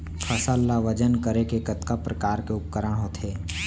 फसल ला वजन करे के कतका प्रकार के उपकरण होथे?